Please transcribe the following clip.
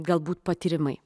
galbūt patyrimai